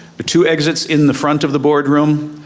but two exits in the front of the board room,